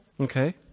Okay